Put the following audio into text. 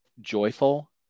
joyful